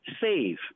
Save